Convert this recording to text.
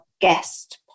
guest